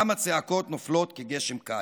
/ גם הצעקות נופלות כגשם קיץ."